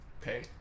Pay